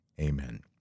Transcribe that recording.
Amen